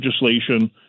legislation